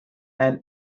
and